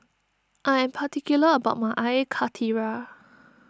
I am particular about my Air Karthira